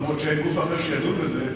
אף-על-פי שאין גוף אחר שידון בזה,